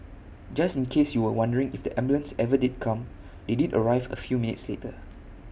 just in case you were wondering if the ambulance ever did come they did arrive A few minutes later